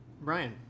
Brian